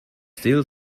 still